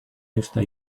esta